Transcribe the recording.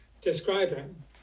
describing